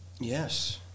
yes